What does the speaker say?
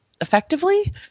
effectively